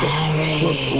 Harry